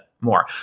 more